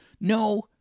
No